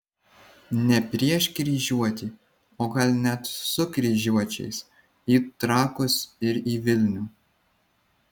ne prieš kryžiuotį o gal net su kryžiuočiais į trakus ir į vilnių